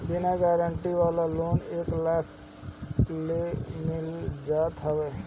बिना गारंटी वाला लोन एक लाख ले मिल जात हवे